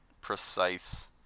precise